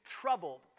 troubled